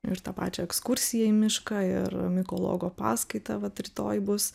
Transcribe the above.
ir tą pačią ekskursiją į mišką ir mikologo paskaitą vat rytoj bus